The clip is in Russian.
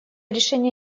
решение